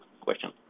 question